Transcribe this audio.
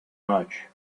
much